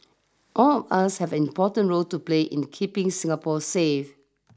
all of us have an important role to play in keeping Singapore safe